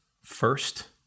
first